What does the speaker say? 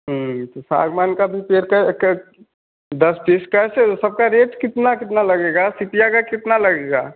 तो सामान का भी पेड़ का कए दस पीस कैसे सबका रेट कितना कितना लगेगा सीतिया का कितना लगेगा